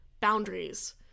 boundaries